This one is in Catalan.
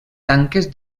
tanques